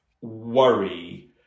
worry